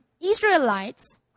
Israelites